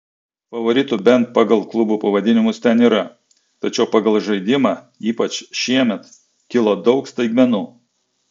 favoritų bent pagal klubų pavadinimus ten yra tačiau pagal žaidimą ypač šiemet kilo daug staigmenų